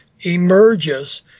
emerges